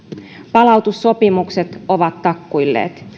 palautussopimukset ovat takkuilleet